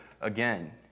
again